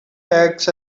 bags